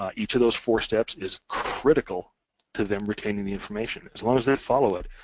ah each of those four steps is critical to them retaining the information, as long as they follow it,